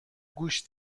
گوش